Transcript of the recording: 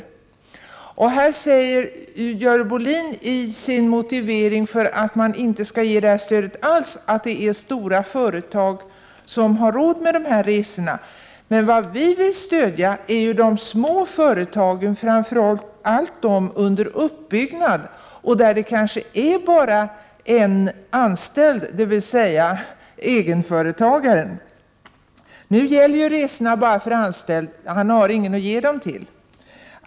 Görel Bohlin säger i sin motivering för att man inte skall ge något stöd alls att det rör sig om stora företag som har råd att betala resorna. Men vi vill stödja de små företagen, framför allt dem som befinner sig under uppbyggnad. Där finns det kanske bara en anställd, nämligen egenföretagaren. Nu gäller ju resorna bara för anställd, så det finns inte någon att ge bidrag till.